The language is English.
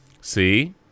See